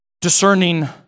discerning